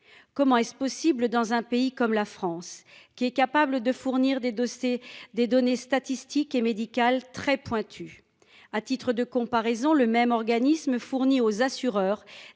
Comment est-ce possible dans un pays comme la France, qui est capable de fournir des données statistiques et médicales très pointues ? À titre de comparaison, le même organisme fournit aux assureurs